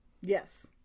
Yes